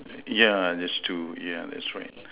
yeah there's two yeah that's right